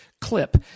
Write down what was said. clip